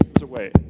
away